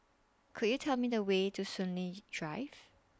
Could YOU Tell Me The Way to Soon Lee Drive